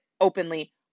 openly